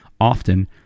often